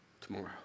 tomorrow